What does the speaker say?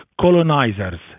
colonizers